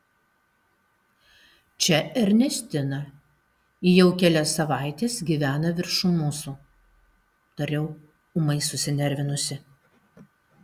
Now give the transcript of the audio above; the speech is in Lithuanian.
čia ernestina ji jau kelias savaites gyvena viršum mūsų tariau ūmai susinervinusi